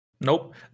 Nope